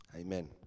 Amen